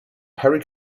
perry